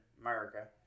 America